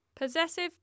Possessive